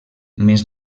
més